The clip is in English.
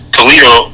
Toledo